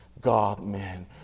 God-man